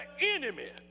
enemy